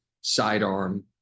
sidearm